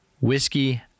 Whiskey